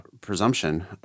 presumption